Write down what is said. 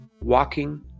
walking